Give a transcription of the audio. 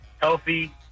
healthy